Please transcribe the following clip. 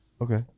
Okay